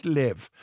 live